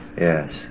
Yes